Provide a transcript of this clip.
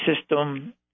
system